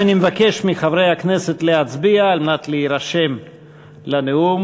אני מבקש מחברי הכנסת להצביע על מנת להירשם לנאום.